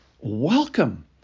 Welcome